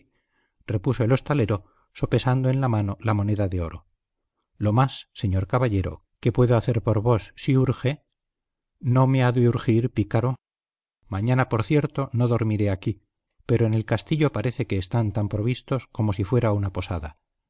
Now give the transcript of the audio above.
eh repuso el hostalero sopesando en la mano la moneda de oro lo más señor caballero que puedo hacer por vos si urge no me ha de urgir pícaro mañana por cierto no dormiré aquí pero en el castillo parece que están tan provistos como si fuera una posada